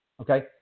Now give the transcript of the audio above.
Okay